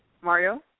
Mario